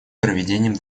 проведением